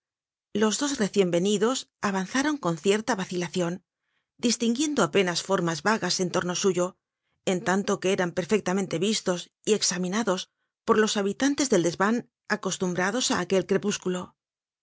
los dos recien venidos avanzaron con cierta vacilacion distinguiendo apenas formas vagas en torno suyo en tanto que eran perfectamente vistos y examinados por los habitantes del desvan acostumbrados á aquel crepúsculo